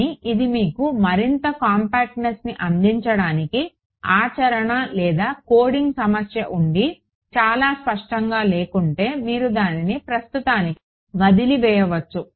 కానీ ఇది మీకు మరింత కాంపాక్ట్నెస్ని అందించడానికి ఆచరణ లేదా కోడింగ్ సమస్య ఉండి చాలా స్పష్టంగా లేకుంటే మీరు దానిని ప్రస్తుతానికి వదిలివేయవచ్చు